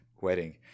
Wedding